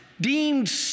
deemed